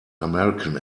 american